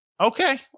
Okay